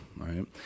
Right